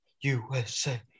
USA